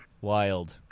Wild